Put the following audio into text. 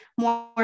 more